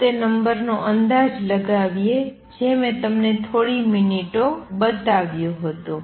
ચાલો તે નંબરનો અંદાજ લગાવીએ જે મેં તમને થોડી મિનિટો બતાવ્યો હતો